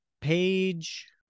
page